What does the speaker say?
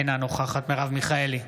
אינה נוכחת מרב מיכאלי,